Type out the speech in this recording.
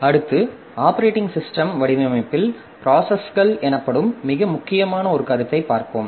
அடுத்து operating system வடிவமைப்பில் ப்ராசஸ்கள் எனப்படும் மிக முக்கியமான ஒரு கருத்தை பார்ப்போம்